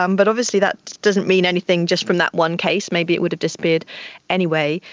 um but obviously that doesn't mean anything just from that one case, maybe it would have disappeared anyway.